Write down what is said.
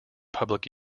public